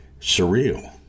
surreal